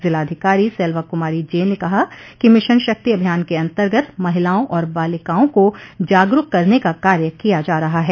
जिलाधिकारी सेल्वा कुमारी जे ने कहा कि मिशन शक्ति अभियान के अंतर्गत महिलाओं और बालिकाओं को जागरूक करने का कार्य किया जा रहा है